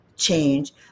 change